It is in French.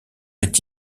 est